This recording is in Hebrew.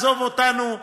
עזוב אותנו,